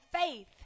faith